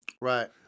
Right